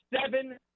seven